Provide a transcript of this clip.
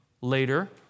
later